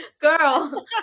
girl